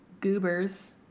Goobers